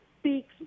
speaks